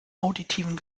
auditiven